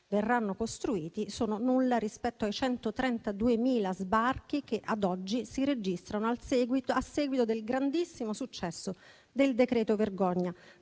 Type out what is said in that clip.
verranno costruiti - sono nulla rispetto ai 132.000 sbarchi che, ad oggi, si registrano a seguito del grandissimo successo del decreto vergogna